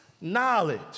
knowledge